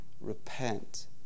Repent